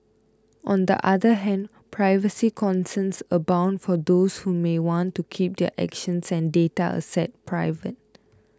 on the other hand privacy concerns abound for those who may want to keep their actions and data assets private